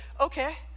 okay